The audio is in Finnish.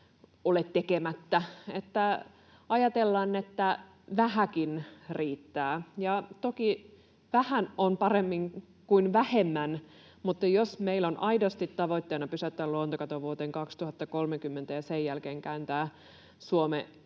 että ajatellaan, että vähäkin riittää. Ja toki vähän on parempi kuin vähemmän, mutta jos meillä on aidosti tavoitteena pysäyttää luontokato vuoteen 2030 ja sen jälkeen kääntää Suomi